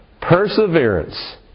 Perseverance